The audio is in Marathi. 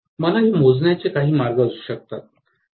मला हे मोजण्याचे काही मार्ग असू शकतात